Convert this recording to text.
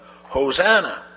Hosanna